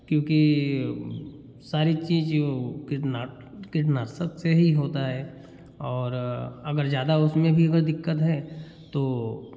क्योंकि सारी चीज़ों के कीटनाट कीटनाशक से ही होता है और अगर ज़्यादा उसमें भी कोई दिक्कत है तो